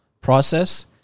process